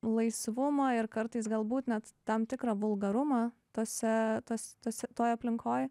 laisvumą ir kartais galbūt net tam tikrą vulgarumą tose tos tose toj aplinkoj